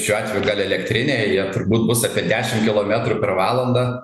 šiuo atveju gal elektriniai jau turbūt bus apie dešimt kilometrų per valandą